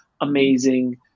amazing